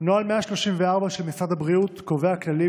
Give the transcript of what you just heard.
נוהל 134 של משרד הבריאות קובע כללים